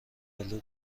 آلو